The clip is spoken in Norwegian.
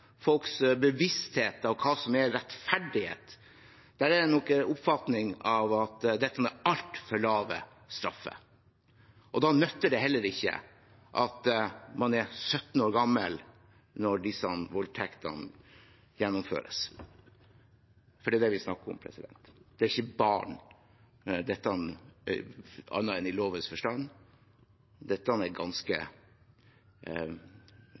folks bevissthet, hva som er rettferdighet. Det er nok en oppfatning at dette er altfor lave straffer. Da nytter det heller ikke at man er 17 år gammel når disse voldtektene gjennomføres, for det er det vi snakker om. Dette er ikke barn annet enn i lovens forstand. Dette er ganske